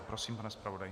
Prosím, pane zpravodaji.